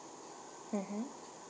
mmhmm